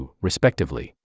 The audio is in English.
respectively